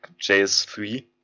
JS3